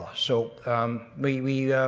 so we.